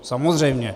Samozřejmě.